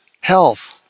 health